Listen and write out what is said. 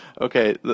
Okay